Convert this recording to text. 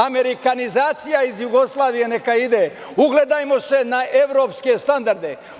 Amerikanizacija iz Jugoslavije neka ide, ugledajmo se na evropske standarde.